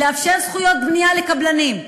לאפשר זכויות בנייה לקבלנים,